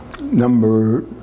number